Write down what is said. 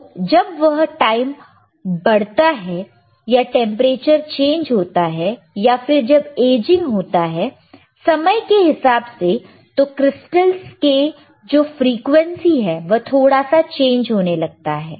तो जब वह टाइम बढ़ता है या टेंपरेचर चेंज होता है या फिर जब एजिंग होता है समय के हिसाब से तो क्रिस्टल्स crystals के जो फ्रीक्वेंसी है वह थोड़ा सा चेंज होने लगता है